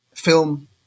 Film